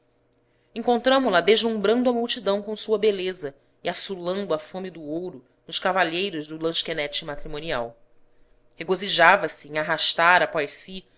impõem encontramo la deslumbrando a multidão com sua beleza e açulando a fome do ouro nos cavalheiros do lansquenete matrimonial regozijava se em arrastar após si